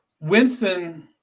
Winston